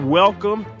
welcome